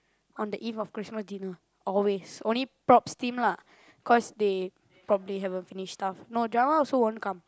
on the eve of Christmas dinner always only props team lah cause they probably haven't finish stuff no drama also won't come